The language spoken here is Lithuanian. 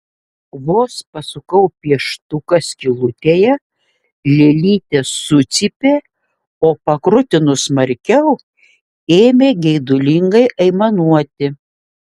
vos pasukau pieštuką skylutėje lėlytė sucypė o pakrutinus smarkiau ėmė geidulingai aimanuoti